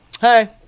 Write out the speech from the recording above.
Hey